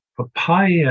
papaya